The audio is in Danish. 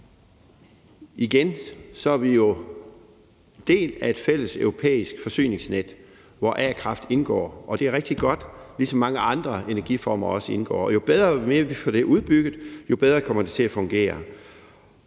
jo er en del af et fælles europæisk forsyningsnet, hvor a-kraft indgår, og det er rigtig godt, ligesom mange andre energiformer også indgår. Og jo bedre og jo mere vi får det udbygget, jo bedre kommer det til at fungere.